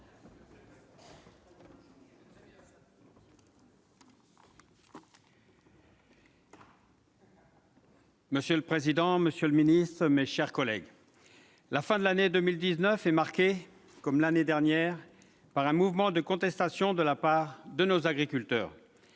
Monsieur le président, monsieur le ministre, mes chers collègues, la fin de l'année est marquée, comme en 2018, par un mouvement de contestation de la part de nos agriculteurs.